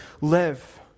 live